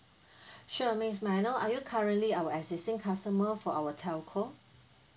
sure miss may I know are you currently our existing customer for our telco